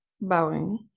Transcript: bowing